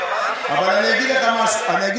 אבל אני אגיד לכם משהו,